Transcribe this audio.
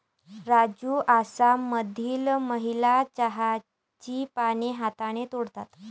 राजू आसाममधील महिला चहाची पाने हाताने तोडतात